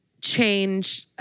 change